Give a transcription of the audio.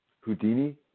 Houdini